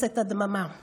/